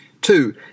Two